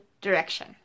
direction